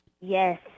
Yes